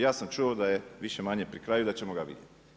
Ja sam čuo da je više-manje pri kraju i da ćemo ga vidjeti.